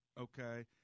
okay